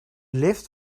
lift